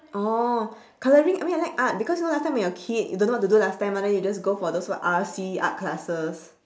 oh colouring I mean I like art because you know last time when you're a kid you don't know what to do last time mah then you just go for those what R_C art classes